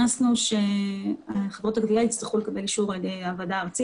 וההצעה שעלתה לוועדת שרים לחקיקה קיבלה אישור של המשנה ליועץ המשפטי